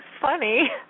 funny